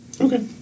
Okay